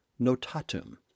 notatum